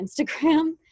Instagram